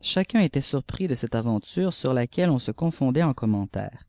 platsjn était surpris de cette aventure sur laquelle on se confondaîf eii commentaires